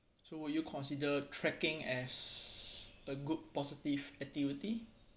so will you consider tracking as a good positive activity